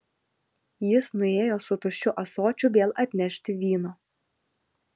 jis nuėjo su tuščiu ąsočiu vėl atnešti vyno